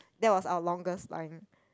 that was our longest line